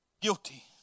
guilty